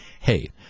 hey